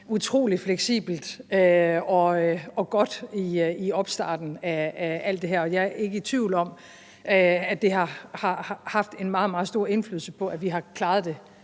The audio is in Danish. utrolig fleksibelt og godt i opstarten af alt det her. Jeg er ikke i tvivl om, at det har haft en meget, meget stor indflydelse på, at vi har klaret det